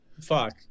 fuck